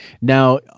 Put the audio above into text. Now